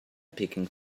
picking